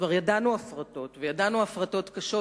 כבר ידענו הפרטות, וידענו הפרטות קשות.